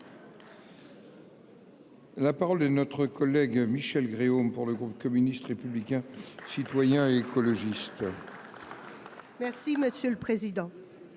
La parole est notre collègue Michelle Gréaume pour le groupe communiste, républicain, citoyen et écologiste. Merci monsieur le président.